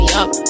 up